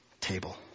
table